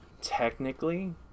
Technically